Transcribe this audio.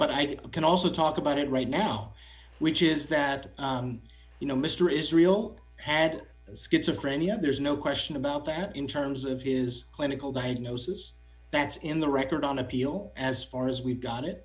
but i can also talk about it right now which is that you know mr israel had schizophrenia there's no question about that in terms of his clinical diagnosis that's in the record on appeal as far as we've got it